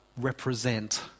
represent